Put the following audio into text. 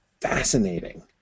fascinating